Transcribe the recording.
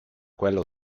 quella